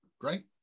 Great